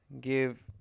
give